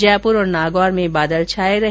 जयपुर और नागौर में बादल छाये रहे